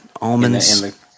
almonds